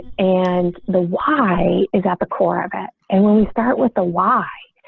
and the y is at the core of it. and when we start with the why,